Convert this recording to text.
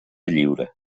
lliure